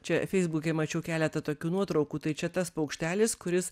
čia feisbuke mačiau keletą tokių nuotraukų tai čia tas paukštelis kuris